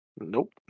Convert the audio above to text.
Nope